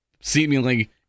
seemingly